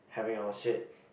having our shit